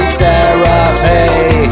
therapy